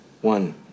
One